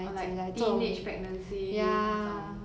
orh like teenage pregnancy 那种